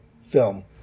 film